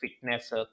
fitness